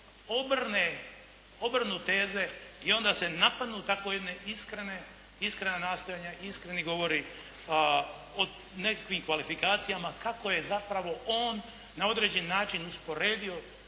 obrne, obrnu teze i onda se napadnu tako jedne iskrene, iskrena nastojanja i iskreni govori o nekakvim kvalifikacijama kako je zapravo on na određeni način usporedio